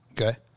okay